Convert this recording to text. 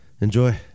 Enjoy